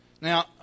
now